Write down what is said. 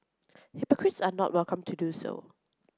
hypocrites are not welcome to do so